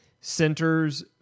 centers